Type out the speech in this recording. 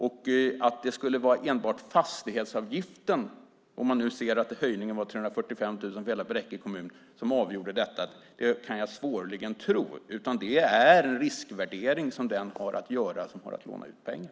Om man nu säger att det är höjningen på 345 000 kronor för hela Bräcke kommun som avgör detta kan jag svårligen tro det. Det beror på den riskvärdering som den har att göra som lånar ut pengar.